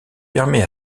permet